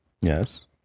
yes